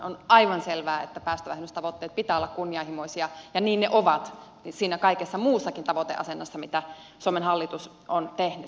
on aivan selvää että päästövähennystavoitteiden pitää olla kunnianhimoisia ja niin ne ovat siinä kaikessa muussakin tavoiteasetannassa mitä suomen hallitus on tehnyt